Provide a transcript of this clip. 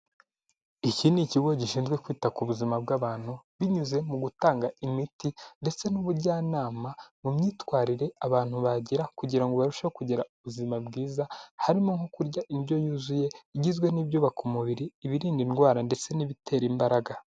Iki ni ikigo gishinzwe kwita ku buzima bw'abantu binyuze mu gutanga imiti ndetse n'ubujyanama mu myitwarire abantu bagira kugira ngo barusheho kugira ubuzima bwiza harimo nko kurya indyo yuzuye igizwe n'ibyubaka umubiri ibirinda indwara ndetse n'ibitera imbaraga .